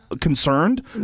concerned